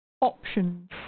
options